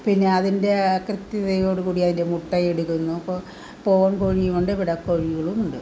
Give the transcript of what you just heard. പിന്നെ അതിൻ്റെ കൃത്യതയോടെ അതിൻ്റെ മുട്ടയെടുക്കുന്നു അപ്പോൾ പൂവൻ കോഴിയുമുണ്ട് പിട കോഴികളുമുണ്ട്